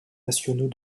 nationaux